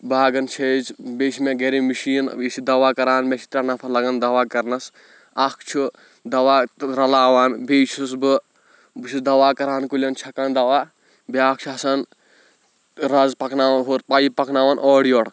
باغن چھِ أسۍ بیٚیہِ چھِ مےٚ گرِ مِشیٖن یہِ چھِ دوا کران مےٚ چھِ ترٛےٚ نَفر لگان دوا کرنَس اکھ چھُ دوا رَلاوان بیٚیہِ چھُس بہٕ بہٕ چھُس دوا کران کُلٮ۪ن چھکان دوا بیاکھ چھُ آسان رَز پَکناوان ہورٕ پایِپ پَکناوان اورٕ یورٕ